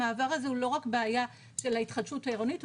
המעבר הזה הוא לא רק בעיה של ההתחדשות העירונית.